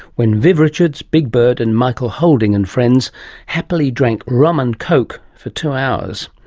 when viv richards, big bird and michael holding and friends happily drank rum and coke for two hours.